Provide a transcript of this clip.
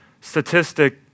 statistic